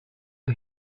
the